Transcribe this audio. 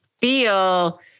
feel